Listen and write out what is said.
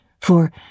For